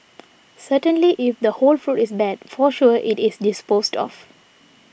certainly if the whole fruit is bad for sure it is disposed of